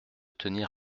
tenir